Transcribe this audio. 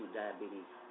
diabetes